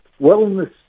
wellness